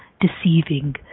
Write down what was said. deceiving